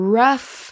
rough